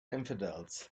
infidels